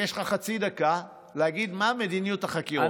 יש לך חצי דקה להגיד מהי מדיניות החקירות.